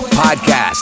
podcast